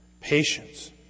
patience